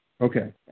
Okay